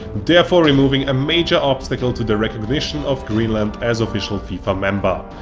therefore removing a major obstacle to the recognition of greenland as official fifa member.